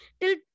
till